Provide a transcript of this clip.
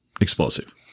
Explosive